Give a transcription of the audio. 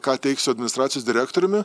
ką teiksiu administracijos direktoriumi